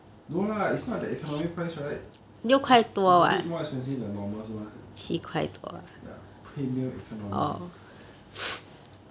no lah it's not the economy price right is is a bit more expensive than normal 是吗 ya premium economy